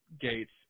gates